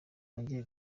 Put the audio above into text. nagiye